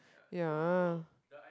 ya